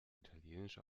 italienisch